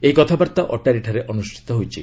ଏହି କଥାବାର୍ତ୍ତା ଅଟ୍ଟାରୀଠାରେ ଅନୁଷ୍ଠିତ ହୋଇଛି